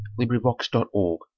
LibriVox.org